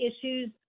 issues